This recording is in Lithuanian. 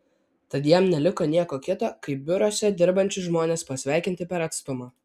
tad jam neliko nieko kito kaip biuruose dirbančius žmones pasveikinti per atstumą